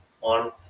on